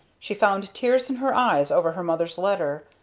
she found tears in her eyes over her mother's letter.